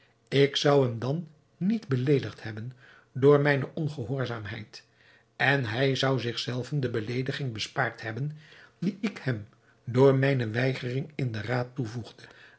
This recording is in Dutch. ik zou hem dan niet beleedigd hebben door mijne ongehoorzaamheid en hij zou zich zelven de beleediging bespaard hebben die ik hem door mijne weigering in den raad toevoegde